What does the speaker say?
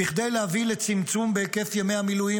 כדי להביא לצמצום בהיקף ימי המילואים